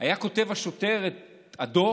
היה כותב השוטר את הדוח,